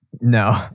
No